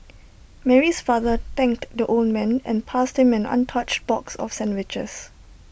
Mary's father thanked the old man and passed him an untouched box of sandwiches